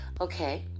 Okay